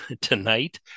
tonight